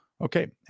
Okay